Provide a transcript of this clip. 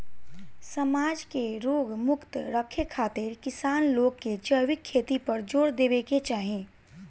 समाज के रोग मुक्त रखे खातिर किसान लोग के जैविक खेती पर जोर देवे के चाही